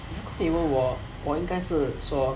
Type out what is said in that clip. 如果你问我我应该是说